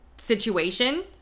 situation